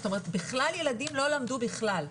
זאת אומרת ילדים לא למדו בכלל.